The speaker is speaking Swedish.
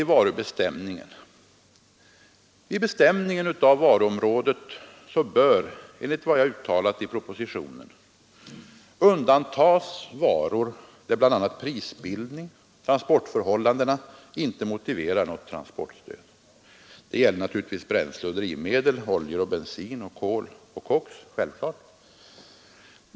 Vid bestämning av varuområdet bör, enligt vad jag uttalat i propositionen, undantas varor där bl.a. prisbildning och transportförhållanden inte motiverar något transportstöd. Det gäller naturligtvis bränsle och drivmedel — oljor och bensin, kol och koks.